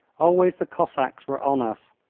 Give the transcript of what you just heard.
always the cossacks were on us.